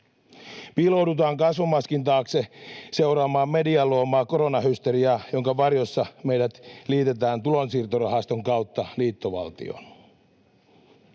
Piiloudutaan kasvomaskin taakse seuraamaan median luomaa koronahysteriaa, jonka varjossa meidät liitetään tulonsiirtorahaston kautta liittovaltioon.